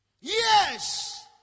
Yes